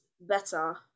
better